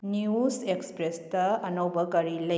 news ꯑꯦꯛꯁꯄ꯭ꯔꯦꯁꯇ ꯑꯅꯧꯕ ꯀꯔꯤ ꯂꯩ